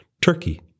Turkey